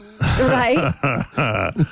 Right